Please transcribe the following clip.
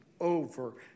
over